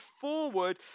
forward